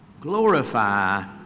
Glorify